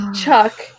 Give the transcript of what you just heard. Chuck